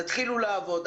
תתחילו לעבוד,